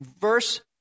verse